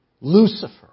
Lucifer